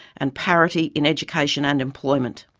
and parity in education and employment.